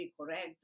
correct